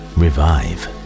revive